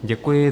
Děkuji.